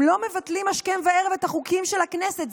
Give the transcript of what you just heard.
הם לא מבטלים השכם והערב את החוקים של הכנסת.